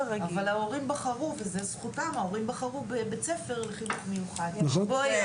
רגיל --- אבל ההורים בחרו בבית ספר לחינוך מיוחד,